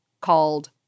called